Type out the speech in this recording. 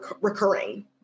recurring